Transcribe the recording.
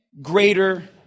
Greater